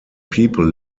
people